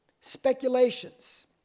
speculations